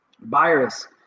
virus